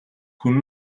хүн